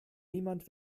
niemand